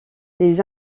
les